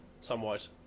somewhat